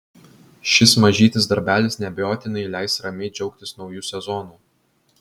šis mažytis darbelis neabejotinai leis ramiai džiaugtis nauju sezonu